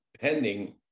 Pending